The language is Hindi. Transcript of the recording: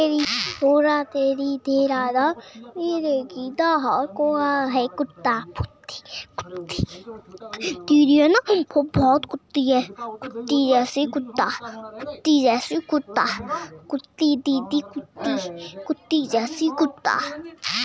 आलू में प्रति एकण कितनी यूरिया लगती है?